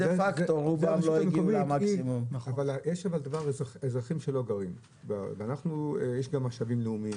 יש שם אזרחים שלא גרים שם ויש גם משאבים לאומיים.